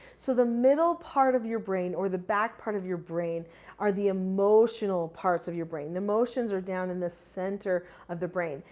so, the middle part of your brain or the back part of your brain are the emotional parts of your brain. the motions are down in the center of the brain.